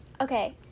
okay